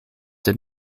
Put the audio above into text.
did